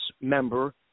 member